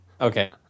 Okay